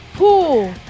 Pool